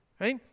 right